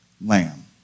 lamb